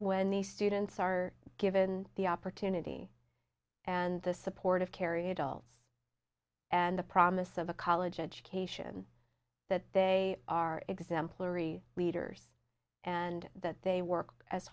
when the students are given the opportunity and the support of kerry adults and the promise of a college education that they are exemplary leaders and that they work as